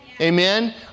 Amen